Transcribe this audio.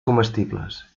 comestibles